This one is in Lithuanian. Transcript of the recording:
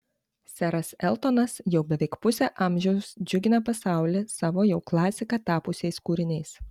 seras eltonas jau beveik pusę amžiaus džiugina pasaulį savo jau klasika tapusiais kūriniais